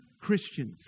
Christians